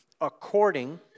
according